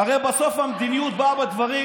הרי בסוף המדיניות באה בדברים